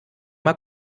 mal